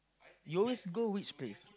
you always go which place